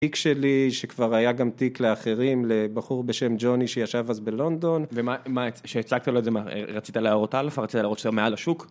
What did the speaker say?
טיק שלי שכבר היה גם טיק לאחרים לבחור בשם ג'וני שישב אז בלונדון. ומה, שהצגת לו את זה מה, רצית להראות אלפא, רצית להראות שאתה מעל השוק?